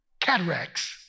cataracts